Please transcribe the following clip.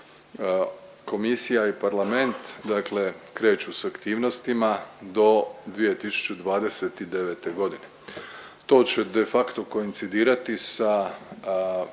komisija i parlament dakle kreću s aktivnostima do 2029.g.. To će de facto koincidirati sa